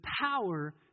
power